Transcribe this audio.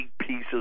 pieces